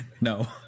No